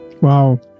Wow